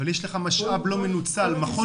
אבל יש לך משאב לא מנוצל, מכון